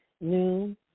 noon